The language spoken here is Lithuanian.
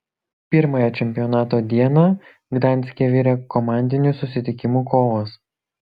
pirmąją čempionato dieną gdanske virė komandinių susitikimų kovos